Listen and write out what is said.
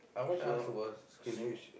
so sing